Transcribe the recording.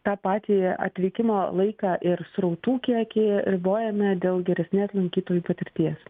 tą patį atvykimo laiką ir srautų kiekį ribojame dėl geresnės lankytojų patirties